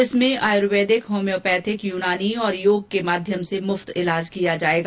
इसमें आयूर्वेदिक होम्योपैथिक यूनानी और योग के माध्यम से मुफत इलाज किया जाएगा